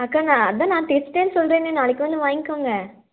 அக்கா நான் அதுதான் நான் தைச்சிட்டேன்னு சொல்லுறேனே நாளைக்கு வந்து வாங்கிக்கோங்க